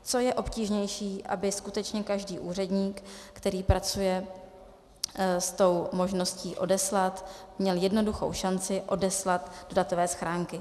Co je obtížnější, aby skutečně každý úředník, který pracuje s tou možností odeslat, měl jednoduchou šanci odeslat datové schránky.